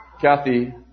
Kathy